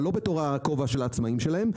אבל לא בתור הכובע של העצמאים שלהם,